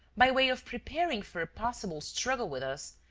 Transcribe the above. by way of preparing for a possible struggle with us,